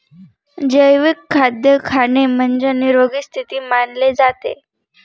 जैविक खाद्य खाणे म्हणजे, निरोगी स्थिती मानले जाते